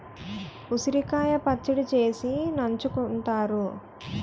ఉసిరికాయ పచ్చడి చేసి నంచుకుంతారు